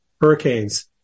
Hurricanes